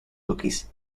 cookies